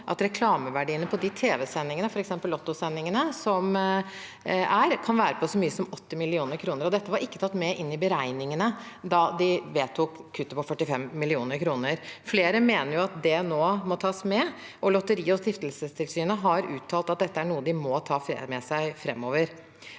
at reklameverdiene på de tv-sendingene som er, f.eks. Lottosendingene, kan være på så mye som 80 mill. kr. Dette var ikke tatt med i beregningene da de vedtok kuttet på 45 mill. kr. Flere mener at det nå må tas med, og Lotteriog stiftelsestilsynet har uttalt at dette er noe de må ta med seg framover.